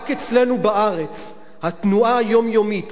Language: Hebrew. רק אצלנו בארץ התנועה היומיומית,